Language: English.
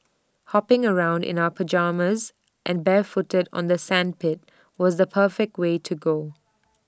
hopping around in our pyjamas and barefooted on the sandpit was the perfect way to go